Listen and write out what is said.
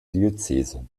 diözese